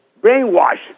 brainwashed